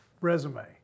resume